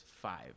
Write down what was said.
five